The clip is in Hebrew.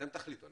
אתם תחליטו,